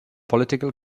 political